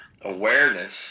awareness